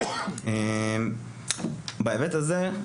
בהיבט הזה,